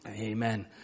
amen